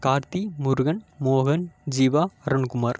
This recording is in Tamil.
கார்த்தி முருகன் மோகன் ஜீவா அருண்குமார்